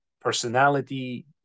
personality